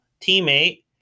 teammate